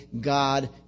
God